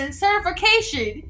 certification